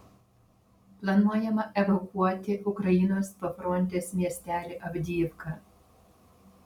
planuojama evakuoti ukrainos pafrontės miestelį avdijivką